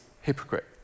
hypocrite